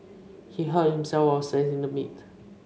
he hurt himself while slicing the meat